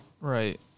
Right